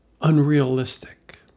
Unrealistic